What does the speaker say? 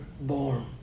born